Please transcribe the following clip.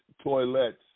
toilets